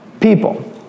people